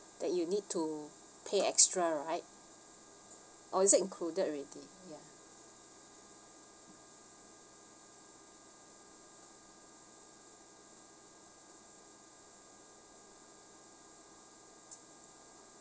that you need to pay extra right or is it included already ya